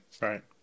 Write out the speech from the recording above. Right